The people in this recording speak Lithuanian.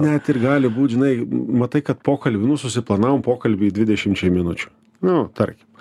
net ir gali būt žinai matai kad pokalbį nu susiplanavom pokalbį dvidešimčiai minučių nu tarkim